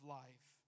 life